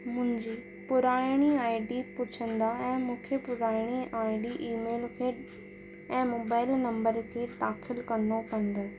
मुंहिंजी पुराणी I D पुछंदा ऐं मूंखे पुराणी आई डी ईमेल में ऐं मोबाइल नंबर खे दाख़िल करिणो पवंदो